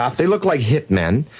um they look like hit men,